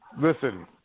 Listen